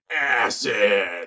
Acid